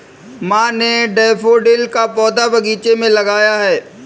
माँ ने डैफ़ोडिल का पौधा बगीचे में लगाया है